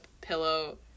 pillow